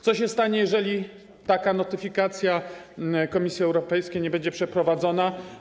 Co się stanie, jeżeli taka notyfikacja do Komisji Europejskiej nie będzie przeprowadzona?